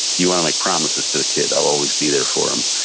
you want to make promises to the kid. i'll always be there for him.